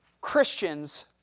Christians